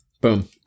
Boom